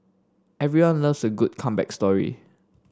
everyone loves a good comeback story